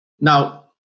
Now